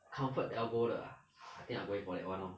comfort delgro 的 ah I think I going for that one lor